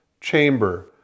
chamber